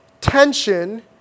tension